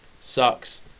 sucks